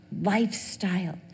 lifestyle